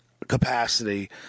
capacity